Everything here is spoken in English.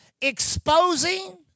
Exposing